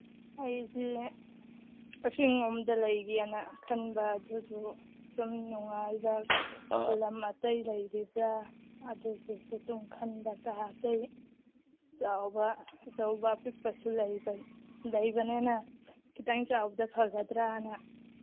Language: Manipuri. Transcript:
ꯑꯩꯁꯤ ꯑꯁꯤꯉꯝꯗ ꯂꯩꯒꯦꯅ ꯈꯟꯕ ꯑꯗꯨꯗꯣ ꯁꯨꯝ ꯅꯨꯡꯉꯥꯏꯕ ꯂꯝ ꯑꯇꯩ ꯂꯩꯔꯤꯕ꯭ꯔꯥ ꯑꯗꯨꯗꯨꯁꯨ ꯑꯗꯨꯝ ꯈꯟꯕ ꯀꯥ ꯑꯇꯩ ꯑꯆꯧꯕ ꯑꯆꯧꯕ ꯑꯄꯤꯛꯄꯁꯨ ꯂꯩꯕꯅꯤꯅ ꯈꯤꯇꯪ ꯆꯥꯎꯕꯗ ꯐꯒꯗ꯭ꯔꯥꯅ